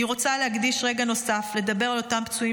אני רוצה להקדיש רגע נוסף לדבר על אותם פצועים